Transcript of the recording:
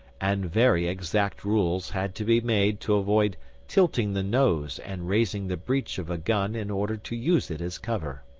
and very exact rules had to be made to avoid tilting the nose and raising the breech of a gun in order to use it as cover.